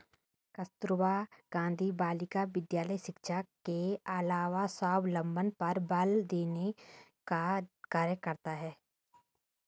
कस्तूरबा गाँधी बालिका विद्यालय शिक्षा के अलावा स्वावलम्बन पर बल देने का कार्य करता है